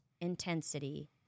intensity